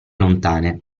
lontane